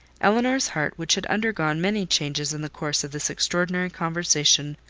elinor's heart, which had undergone many changes in the course of this extraordinary conversation,